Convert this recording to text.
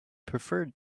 preferred